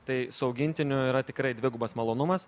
tai su augintiniu yra tikrai dvigubas malonumas